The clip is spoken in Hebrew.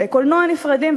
בתי-קולנוע נפרדים,